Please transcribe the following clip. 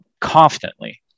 confidently